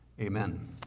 Amen